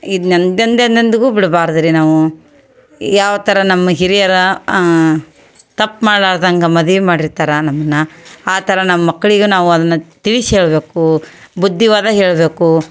ಇದ್ನ ಎಂದೆಂದೂ ಎಂದೆಂದಿಗೂ ಬಿಡ್ಬಾರ್ದು ರೀ ನಾವು ಯಾವ ಥರ ನಮ್ಮ ಹಿರಿಯರು ತಪ್ಪು ಮಾಡ್ಲಾರ್ದಂಗೆ ಮದ್ವೆ ಮಾಡಿರ್ತಾರೆ ನಮ್ಮನ್ನ ಆ ಥರ ನಮ್ಮ ಮಕ್ಳಿಗೂ ನಾವು ಅದನ್ನ ತಿಳಿಸ್ ಹೇಳ್ಬೇಕು ಬುದ್ಧಿವಾದ ಹೇಳಬೇಕು